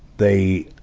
they,